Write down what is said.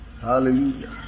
Hallelujah